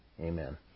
Amen